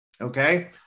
Okay